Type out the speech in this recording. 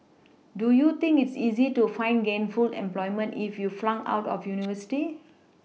do you think it's easy to find gainful employment if you flunked out of university